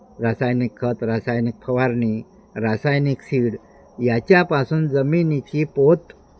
रासायनिक खत रासायनिक फवारणी रासायनिक सीड याच्यापासून जमिनीची पोत